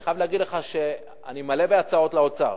אני חייב להגיד לך שאני מלא בהצעות לאוצר.